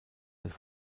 des